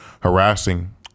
harassing